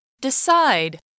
Decide